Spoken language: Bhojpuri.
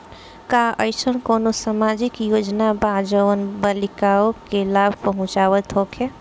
का एइसन कौनो सामाजिक योजना बा जउन बालिकाओं के लाभ पहुँचावत होखे?